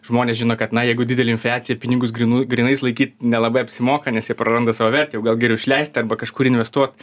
žmonės žino kad na jeigu didelė infliacija pinigus grynų grynais laikyt nelabai apsimoka nes jie praranda savo vertę o gal geriau išleist arba kažkur investuot